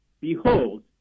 behold